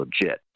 legit